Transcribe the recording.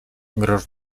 grosz